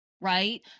right